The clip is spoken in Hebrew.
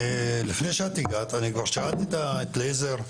לפני שאת הגעת אני כבר שאלתי את לייזר,